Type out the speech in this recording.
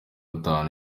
gatanu